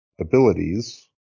abilities